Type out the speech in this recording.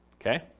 Okay